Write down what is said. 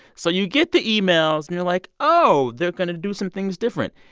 so you get the emails. and you're like, oh, they're going to do some things different.